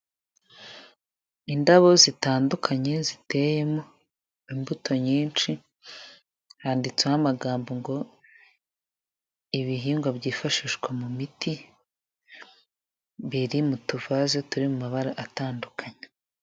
Indabo zitandukanye ziteyemo imbuto nyinshi, handitseho amagambo ngo ibihingwa byifashishwa mu miti biri mu tuvaze turi mu mabara atandukanye.